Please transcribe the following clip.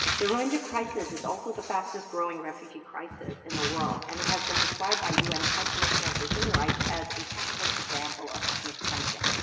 the rohingya crisis is also the fastest growing refugee crisis in the world. and it has been described by un high commissioner for human rights as a textbook example of ethnic cleansing.